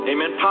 Amen